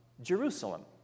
Jerusalem